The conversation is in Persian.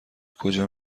کجا